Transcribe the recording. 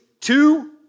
two